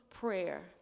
prayer